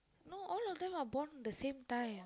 no all of them are born the same time